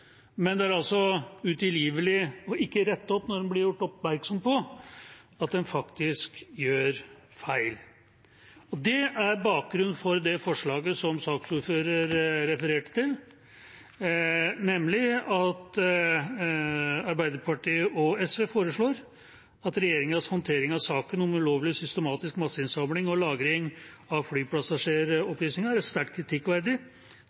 men det er utilgivelig ikke å rette opp når en blir gjort oppmerksom på at en faktisk gjør feil. Det er bakgrunnen for det forslaget som saksordføreren refererte til, nemlig forslaget fra Arbeiderpartiet og SV: «Regjeringens håndtering av saken om ulovlig systematisk masseinnsamling og -lagring av flypassasjeropplysninger er sterkt kritikkverdig,